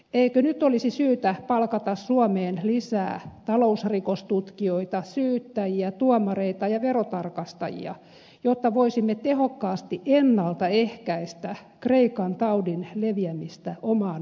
eikö nyt olisi syytä palkata suomeen lisää talousrikostutkijoita syyttäjiä tuomareita ja verotarkastajia jotta voisimme tehokkaasti ennaltaehkäistä kreikan taudin leviämistä omaan maahamme